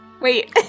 Wait